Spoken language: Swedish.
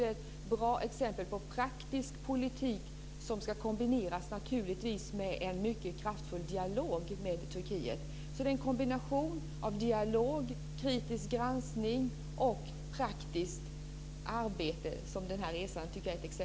Det är ett bra exempel på praktisk politik, som naturligtvis ska kombineras med en mycket kraftfull dialog med Turkiet. Resan är ett exempel på en kombination av dialog, kritisk granskning och praktiskt arbete.